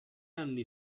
anni